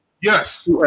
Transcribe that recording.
Yes